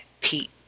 Pete